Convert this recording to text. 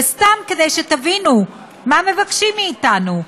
וסתם, כדי שתבינו מה מבקשים מאתנו: